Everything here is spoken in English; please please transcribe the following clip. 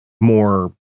more